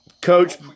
Coach